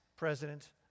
President